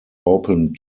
opened